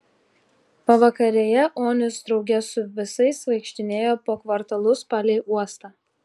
pavakarėje onis drauge su visais vaikštinėjo po kvartalus palei uostą